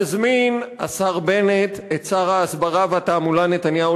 יזמין השר בנט את שר ההסברה והתעמולה נתניהו